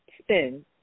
spin